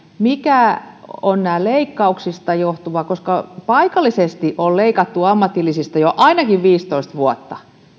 mikä on näistä leikkauksista johtuvaa koska paikallisesti on leikattu ammatillisista jo ainakin viisitoista vuotta